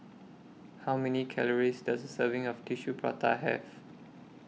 How Many Calories Does A Serving of Tissue Prata Have